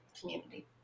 community